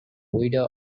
widow